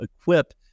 equip